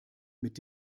mit